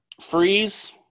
freeze